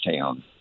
town